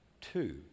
Two